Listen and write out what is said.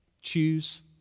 Choose